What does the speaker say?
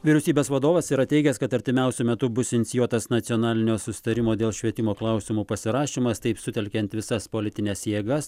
vyriausybės vadovas yra teigęs kad artimiausiu metu bus inicijuotas nacionalinio susitarimo dėl švietimo klausimų pasirašymas taip sutelkiant visas politines jėgas